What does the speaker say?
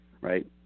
right